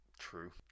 true